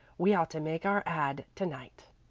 we ought to make our ad. to-night.